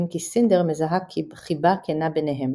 אם כי סינדר מזהה חיבה כנה ביניהם.